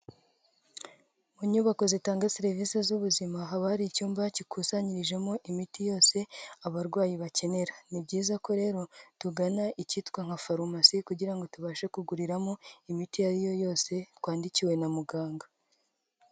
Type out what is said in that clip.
Mu nyubako zitanga serivise z'ubuzima, haba hari icyumba gikusanyirijemo imiti yose abarwayi bakenera; ni byiza ko rero tugana icyitwa nka farumasi, kugira ngo tubashe kuguriramo imiti iyo ari yo yose twandikiwe na muganga.